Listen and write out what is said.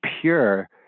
pure